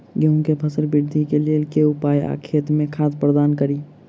गेंहूँ केँ फसल वृद्धि केँ लेल केँ उपाय आ खेत मे खाद प्रदान कड़ी?